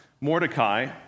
Mordecai